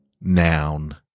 noun